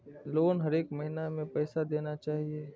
Loan हरेक महीना में पैसा देना चाहि?